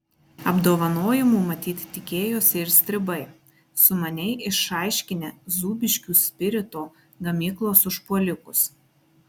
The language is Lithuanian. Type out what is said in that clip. apdovanojimų matyt tikėjosi ir stribai sumaniai išaiškinę zūbiškių spirito gamyklos užpuolikus